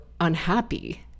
unhappy